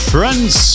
Friends